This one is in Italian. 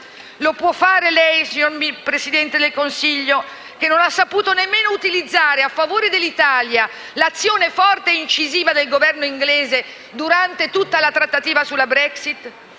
Lo può fare lei, signor Presidente del Consiglio, che non ha saputo nemmeno utilizzare a favore dell'Italia l'azione forte e incisiva del governo britannico durante tutta la trattativa sulla Brexit?